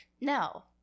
No